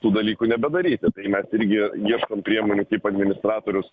tų dalykų nebedaryti tai mes irgi ieškom priemonių kaip administratorius